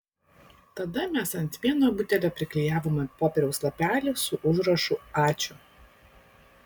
tada mes ant vieno butelio priklijavome popieriaus lapelį su užrašu ačiū